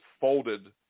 folded